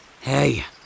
Hey